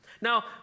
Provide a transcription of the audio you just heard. Now